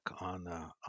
on